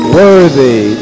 worthy